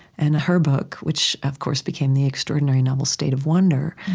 and her book, which of course became the extraordinary novel state of wonder,